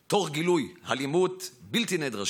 תוך גילויי אלימות בלתי נדרשים,